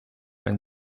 and